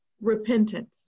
repentance